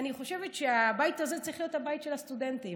אני חושבת שהבית הזה צריך להיות הבית של הסטודנטים.